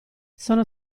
sono